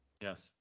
Yes